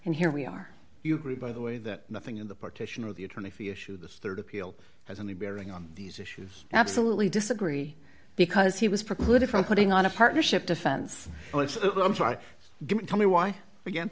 and here we are you agree by the way that nothing in the petition of the attorney for you issue this rd appeal has any bearing on these issues absolutely disagree because he was precluded from putting on a partnership defense i'm sorry i didn't tell me why a